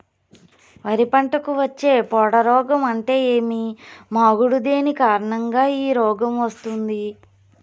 వరి పంటకు వచ్చే పొడ రోగం అంటే ఏమి? మాగుడు దేని కారణంగా ఈ రోగం వస్తుంది?